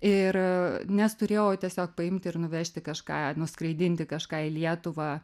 ir nes turėjau tiesiog paimti ir nuvežti kažką nuskraidinti kažką į lietuvą